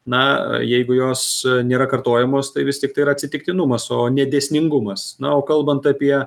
na jeigu jos nėra kartojamos tai vis tiktai yra atsitiktinumas o ne dėsningumas na o kalbant apie